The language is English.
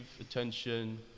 attention